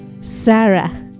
Sarah